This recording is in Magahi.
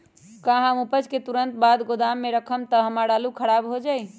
का हम उपज के तुरंत बाद गोदाम में रखम त हमार आलू खराब हो जाइ?